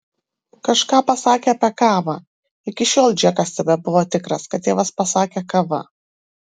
kažką pasakė apie kavą iki šiol džekas tebebuvo tikras kad tėvas pasakė kava